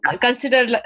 consider